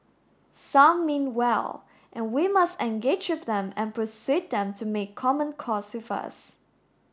some mean well and we must engage with them and persuade them to make common cause with us